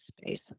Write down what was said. space